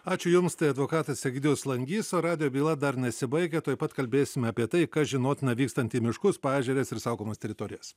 ačiū jums tai advokatas egidijus langys o radijo byla dar nesibaigia tuoj pat kalbėsime apie tai kas žinotina vykstant į miškus paežeres ir saugomas teritorijas